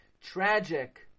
tragic